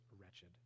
wretched